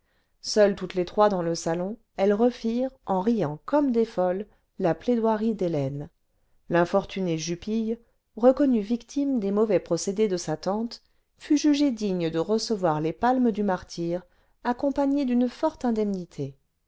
seules toutes les trois clans le salon elles refirent en riant comme des folles la plaidoirie d'hélène l'infortuné jupille reconnu victime clés mauvais procédés de sa tante fut jugé digue de recevoir les palmes du martyre accompagnées d'une forte indemnité